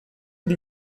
die